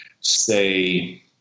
say